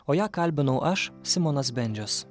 o ją kalbinau aš simonas bendžius